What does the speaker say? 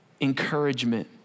Encouragement